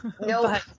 Nope